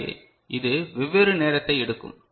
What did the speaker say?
எனவே இது வெவ்வேறு நேரத்தை எடுக்கும்